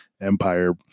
empire